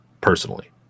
personally